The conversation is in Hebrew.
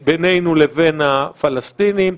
בינינו לבין הפלסטינים,